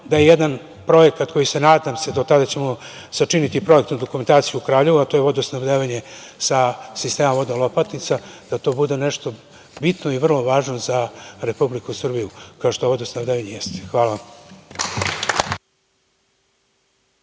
da jedan projekat koji se nadam, do tada ćemo sačiniti projektnu dokumentaciju u Krljevu, a to je vodosnabdevanje sa sistema vodo Lopatnica, da to bude nešto bitno i vrlo važno za Republiku Srbiju, kao što vodosnabdevanje jeste. Hvala vam.